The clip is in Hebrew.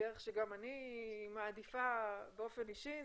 דרך שגם אני מעדיפה באופן אישי,